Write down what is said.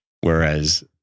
Whereas